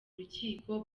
rukiko